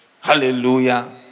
Hallelujah